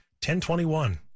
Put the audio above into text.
1021